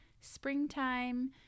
Springtime